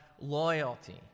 loyalty